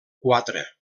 quatre